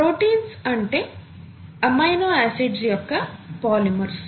proteins అంటే amino acids యొక్క polymers